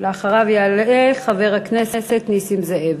אחריו יעלה חבר הכנסת נסים זאב.